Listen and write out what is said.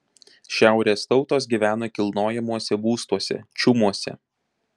šiaurės tautos gyvena kilnojamuose būstuose čiumuose